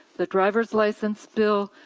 the driver's license bill,